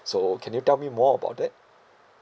so can you tell me more about that